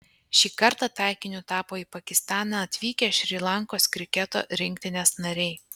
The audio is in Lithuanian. šį kartą taikiniu tapo į pakistaną atvykę šri lankos kriketo rinktinės nariai